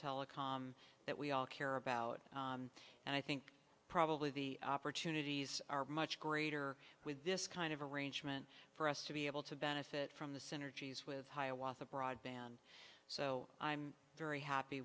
telecom that we all care about and i think probably the opportunities are much greater with this kind of arrangement for us to be able to benefit from the synergies with hiawatha broadband so i'm very happy